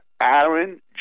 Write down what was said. Aaron